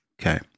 Okay